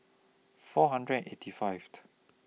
four hundred and eighty Fifth